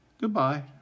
Goodbye